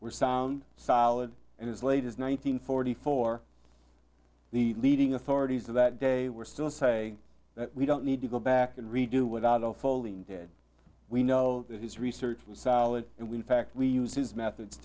were sound solid and as late as one nine hundred forty four the leading authorities of that day were still say that we don't need to go back and redo without all falling dead we know that his research was solid and we in fact we used his methods